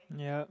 yup